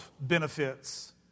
benefits